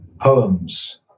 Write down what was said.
poems